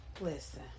Listen